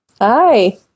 Hi